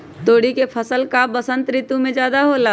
तोरी के फसल का बसंत ऋतु में ज्यादा होला?